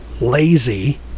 lazy